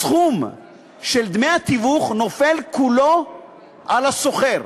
הסכום של דמי התיווך נופל כולו על השוכר,